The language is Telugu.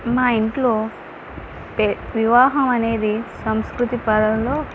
మా ఇంట్లో పె వివాహం అనేది సంస్కృతి పదంలో